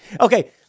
Okay